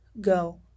go